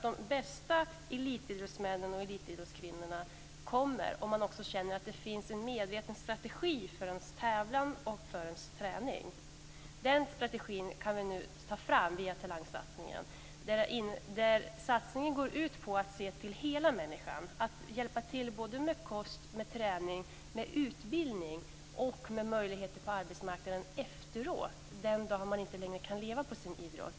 De bästa elitidrottsmännen och elitidrottskvinnorna kommer ur en känsla av att det finns en medveten strategi för vars och ens tävlan och träning. Den strategin kan vi ta fram via talangsatsningen. Satsningen går ut på att se till hela människan, dvs. att hjälpa till med kost, träning, utbildning och med möjligheter på arbetsmarknaden den dag man inte längre kan leva på sin idrott.